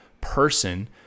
person